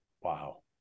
Wow